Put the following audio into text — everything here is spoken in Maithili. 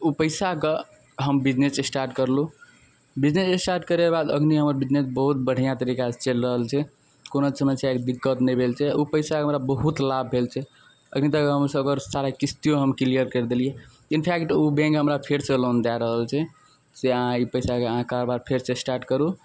ओ पइसाके हम बिजनेस इस्टार्ट करलहुँ बिजनेस इस्टार्ट करैके बाद एखन हमर बिजनेस बहुत बढ़िआँ तरीकासे चलि रहल छै कोनो समस्याके दिक्कत नहि भेल छै ओ पइसासे हमरा बहुत लाभ भेल छै एखन तक हम सगर सारा किस्तो हम क्लिअर करि देलिए इनफैक्ट ओ बैँक हमरा फेरसे लोन दै रहल छै से अहाँ ई पइसा से अहाँ कारबार फेरसे इस्टार्ट करू